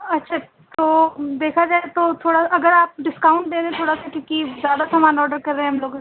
اچھا تو دیکھا جائے تو تھوڑا اگر آپ ڈسکاؤنٹ دیں دیں تھوڑا سا کیونکہ زیادہ سامان آڈر کر رہے ہیں ہم لوگ